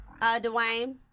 Dwayne